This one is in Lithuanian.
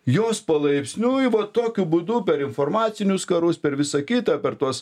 jos palaipsniui vat tokiu būdu per informacinius karus per visą kitą per tuos